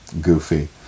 Goofy